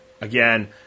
Again